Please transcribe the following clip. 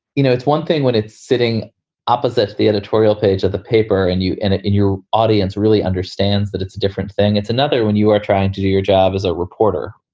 you know, it's one thing when it's sitting opposite the editorial page of the paper and you and your audience really understands that it's a different thing. it's another when you are trying to do your job as a reporter,